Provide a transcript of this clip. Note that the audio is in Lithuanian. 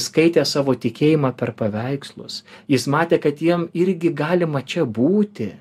skaitė savo tikėjimą per paveikslus jis matė kad jiem irgi galima čia būti